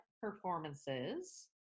performances